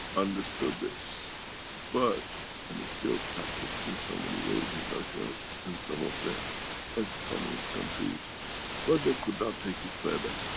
understood this but and still practiced in so many ways in russia and some of the ex-communist countries but they could not take it further.